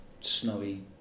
snowy